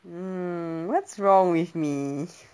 mm what's wrong with me